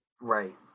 right